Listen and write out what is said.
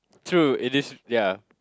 true it is ya